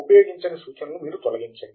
ఉపయోగించని సూచనలను మీరు తొలగించండి